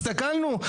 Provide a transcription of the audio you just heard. הסתכלנו,